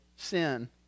sin